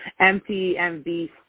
MTMV